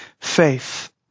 faith